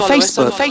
Facebook